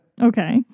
Okay